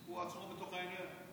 הוא עצמו בתוך העניין.